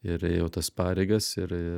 ir ėjo tas pareigas ir